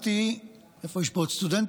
סיימתי, איפה יש פה עוד סטודנטים?